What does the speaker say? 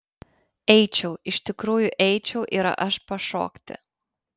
eičiau iš tikrųjų eičiau ir aš pašokti